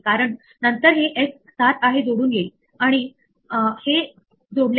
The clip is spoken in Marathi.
तर आपण म्हणतो बी हा स्कॉर्स डॉट की मध्ये आहे तर आपण स्कोर ला जोडतो नाहीतर आपण एक नवीन एन्ट्री निर्माण करतो